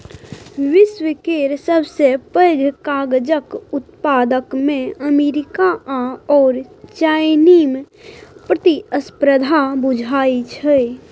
विश्व केर सबसे पैघ कागजक उत्पादकमे अमेरिका आओर चाइनामे प्रतिस्पर्धा बुझाइ छै